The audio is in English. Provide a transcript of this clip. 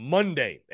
Monday